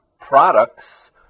products